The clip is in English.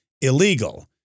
illegal